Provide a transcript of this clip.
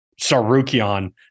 Sarukian